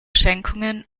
schenkungen